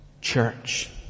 church